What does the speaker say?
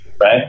right